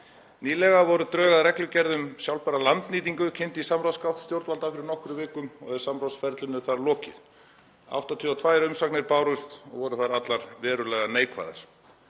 vikum voru drög að reglugerð um sjálfbæra landnýtingu kynnt í samráðsgátt stjórnvalda og er samráðsferlinu þar lokið. 82 umsagnir bárust og voru þær allar verulegar neikvæðar.